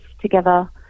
together